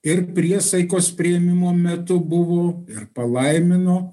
ir priesaikos priėmimo metu buvo ir palaimino